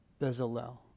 Bezalel